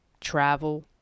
travel